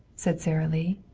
said sara lee.